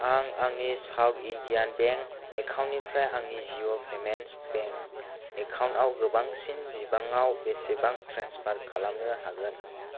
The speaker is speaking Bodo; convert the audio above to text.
आं आंनि साउट इन्डियान बेंक एकाउन्टनिफ्राय आंनि जिअ' पेमेन्टस बेंक एकाउन्टआव गोबांसिन बिबाङाव बेसेबां ट्रेन्सफार खालामनो हागोन